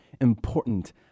important